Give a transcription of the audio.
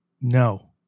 no